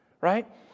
right